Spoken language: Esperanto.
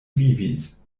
vivis